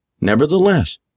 Nevertheless